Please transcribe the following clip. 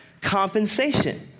compensation